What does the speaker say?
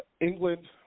England